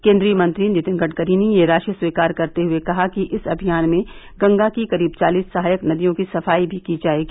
केन्द्रीय मंत्री नितिन गडकरी ने यह राशि स्वीकार करते हुए कहा कि इस अभियान में गंगा की करीब चालिस सहायक नदियों की सफाई भी की जायेगी